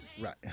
Right